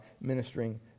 ministering